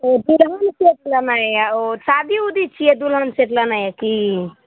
ओ दुल्हन सेट लेनाइ यऽ ओ शादी उदी छियै दुल्हन सेट लेनाइ अछि की